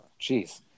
Jeez